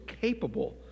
capable